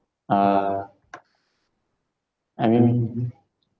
uh I mean